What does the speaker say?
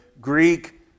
Greek